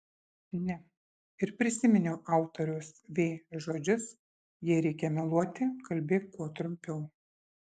ne ir prisiminiau autoriaus v žodžius jei reikia meluoti kalbėk kuo trumpiau